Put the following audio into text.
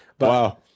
Wow